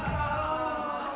oh